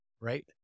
right